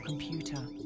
computer